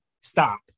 stop